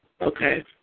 Okay